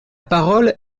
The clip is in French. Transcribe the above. parole